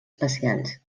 especials